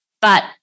But-